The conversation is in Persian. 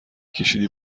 کشیدی